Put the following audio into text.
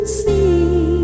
see